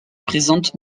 présente